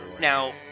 Now